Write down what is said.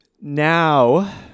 Now